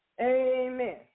Amen